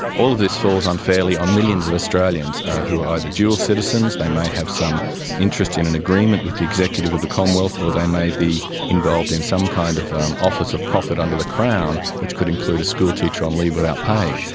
all of this falls unfairly on millions of australians who are either dual citizens, they may have some interest in an agreement with the executive of the commonwealth, or they may be involved in some kind of an office of profit under the crown, which could include schoolteacher on leave without pay.